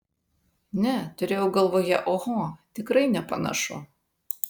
ne turėjau galvoje oho tikrai nepanašu